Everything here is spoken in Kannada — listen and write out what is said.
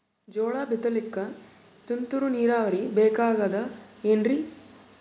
ಜೋಳ ಬಿತಲಿಕ ತುಂತುರ ನೀರಾವರಿ ಬೇಕಾಗತದ ಏನ್ರೀ?